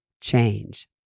change